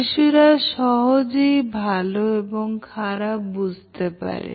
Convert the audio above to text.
শিশুরা সহজেই ভালো এবং খারাপ বুঝতে পারে